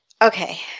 Okay